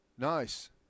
Nice